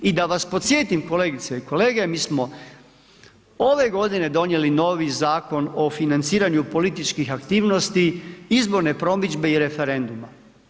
I da vas podsjetim kolegice i kolege, mi smo ove godine donijeli novi Zakon o financiranju političkih aktivnosti, izborne promidžbe i referenduma.